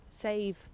save